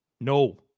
No